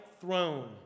throne